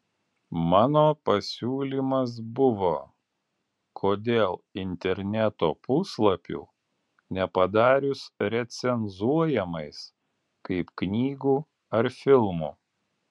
mano pasiūlymas buvo kodėl interneto puslapių nepadarius recenzuojamais kaip knygų ar filmų